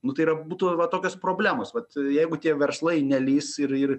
nu tai yra būtų va tokios problemos vat jeigu tie verslai nelįs ir ir